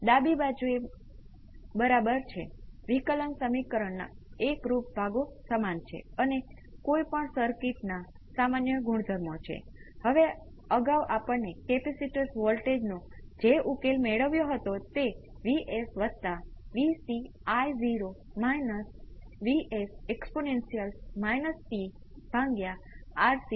તેથી તમને બે સમીકરણો મળશે એક સાઇનને સંતુલિત કરવાથી અને બીજું કોસાઇનને સંતુલિત કરવાથી વૈકલ્પિક રીતે તમે જટિલ એક્સ્પોનેંસિયલના સંયોજન તરીકે સાઇનસોઇડને વ્યક્ત કરી શકો છો ખૂબ ઉપયોગી કલ્પના ખરેખર જાણો છો કે ઇલેક્ટ્રિકલ એન્જિનિયરિંગ નું જીવન જટિલ એક્સ્પોનેંસિયલ વગર અથવા જટિલ બીજગણિત વગર હોય આપણે તે તરફ વધશું